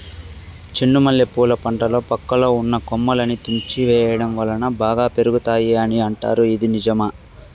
చెండు మల్లె పూల పంటలో పక్కలో ఉన్న కొమ్మలని తుంచి వేయటం వలన బాగా పెరుగుతాయి అని అంటారు ఇది నిజమా?